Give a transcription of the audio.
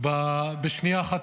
בשנייה אחת,